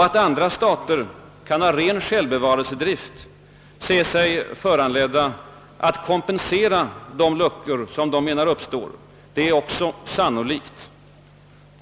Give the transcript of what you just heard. Att andra stater av ren självbevarelsedrift kan se sig föranledda att kompensera de luckor som de anser uppstå är också sannolikt.